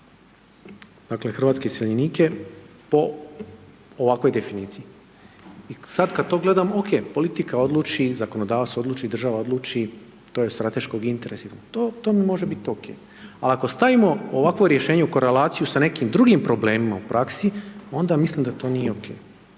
dakle hrvatske iseljenike po ovakvoj definiciji i sad kad to gledam, ok, politika odluči, zakonodavstvo odluči, država odluči, to je od strateškog interesa i to to mi može bit ok. Ali ako stavimo ovakvo rješenje u korelaciju sa nekim drugim problemima u praksi, onda mislim da to nije ok.